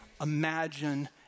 imagine